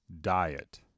diet